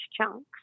chunks